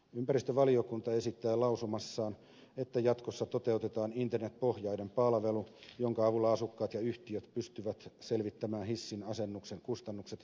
ympäristövaliokunta esittää lausumassaan että jatkossa toteutetaan internet pohjainen palvelu jonka avulla asukkaat ja yhtiöt pystyvät selvittämään hissin asennuksen kustannukset ja kustannustenjaon